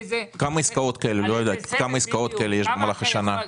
כמה עסקאות כאלה יש במהלך השנה?